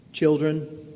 Children